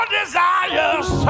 desires